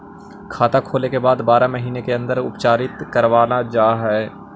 खाता खोले के बाद बारह महिने के अंदर उपचारित करवावल जा है?